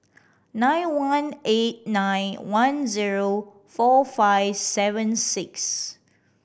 nine one eight nine one zero four five seven six